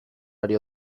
ari